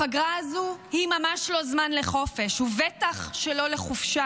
הפגרה הזאת היא ממש לא זמן לחופש ובטח שלא לחופשה.